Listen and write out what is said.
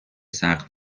سقف